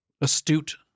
astute